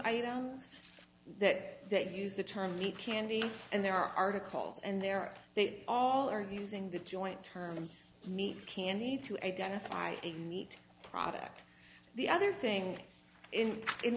items that that use the term meat candy and there are articles and there are they all are using the joint term meat candy to identify a meat product the other thing is in